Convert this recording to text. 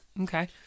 Okay